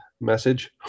message